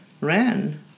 ran